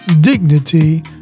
dignity